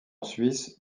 suisse